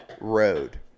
road